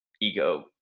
ego